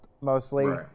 mostly